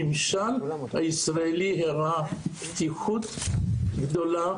הממשל הישראלי הראה פתיחות גדולה,